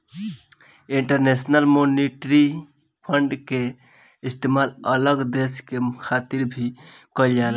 international monetary fund के इस्तेमाल अलग देश के मदद खातिर भी कइल जाला